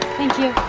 thank you